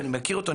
ואני מכיר אותו,